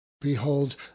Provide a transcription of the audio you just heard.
Behold